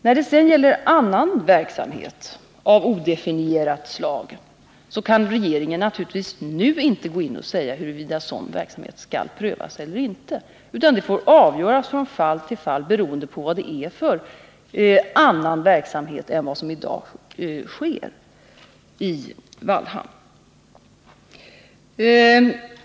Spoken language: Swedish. När det sedan gäller andra verksamheter av odefinierat slag kan regeringen naturligtvis inte nu gå in och säga huruvida sådan verksamhet skall prövas eller inte, utan det får avgöras från fall till fall, beroende på vad det är för annan verksamhet än den som i dag bedrivs i Vallhamn.